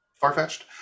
far-fetched